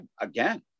Again